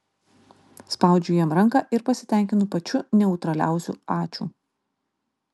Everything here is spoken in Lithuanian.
spaudžiu jam ranką ir pasitenkinu pačiu neutraliausiu ačiū